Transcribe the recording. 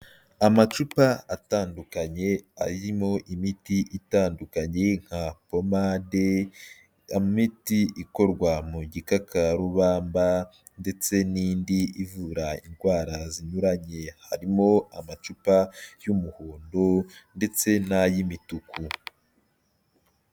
Amacupa atandukanye arimo imiti itandukanye nka pomade, imiti ikorwa mu gikakarubamba ndetse n'indi ivura indwara zinyuranye. Harimo amacupa y'umuhondo ndetse n'ay'imituku.